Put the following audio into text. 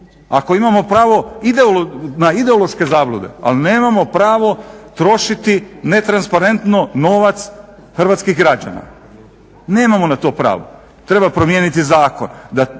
ako imamo pravo na ideološke zablude, ali nemamo pravo trošiti netransparentno novac Hrvatskih građana. Nemamo na to pravo. Treba promijeniti zakon